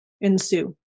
ensue